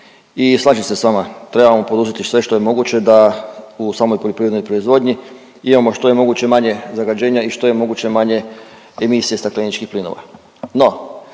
i slažem se s vama, trebamo poduzeti sve što je moguće da u samoj poljoprivrednoj proizvodnji imamo što je moguće manje zagađenja i što je moguće manje emisija stakleničkih plinova.